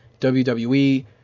wwe